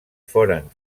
foren